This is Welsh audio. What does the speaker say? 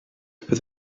bydd